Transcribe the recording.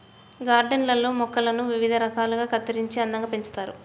garden లల్లో మొక్కలను వివిధ రకాలుగా కత్తిరించి అందంగా పెంచుతారు